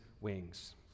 wings